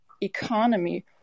economy